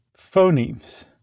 Phonemes